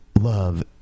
love